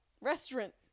Restaurant